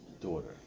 daughter